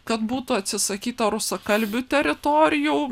kad būtų atsisakyta rusakalbių teritorijų